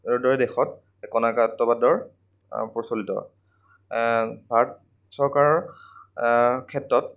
ৰ দৰে দেশত একনায়কত্ববাদৰ প্ৰচলিত ভাৰত চৰকাৰৰ ক্ষেত্ৰত